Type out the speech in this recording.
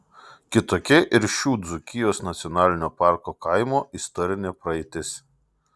kitokia ir šių dzūkijos nacionalinio parko kaimų istorinė praeitis